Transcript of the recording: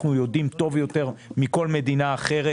אנחנו יודעים טוב יותר מכל מדינה אחרת